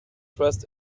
trust